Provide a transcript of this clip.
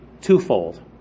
twofold